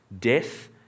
Death